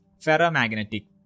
ferromagnetic